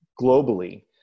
globally